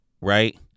Right